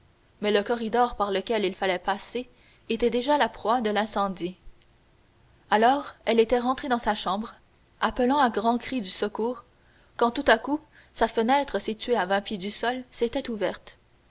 mais le corridor par lequel il fallait passer était déjà la proie de l'incendie alors elle était rentrée dans sa chambre appelant à grands cris du secours quand tout à coup sa fenêtre située à vingt pieds du sol s'était ouverte